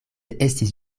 estis